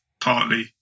partly